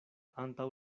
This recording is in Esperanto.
antaŭ